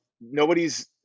nobody's